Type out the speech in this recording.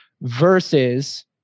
versus